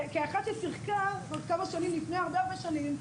כאחת ששיחקה כמה שנים לפני הרבה הרבה שנים,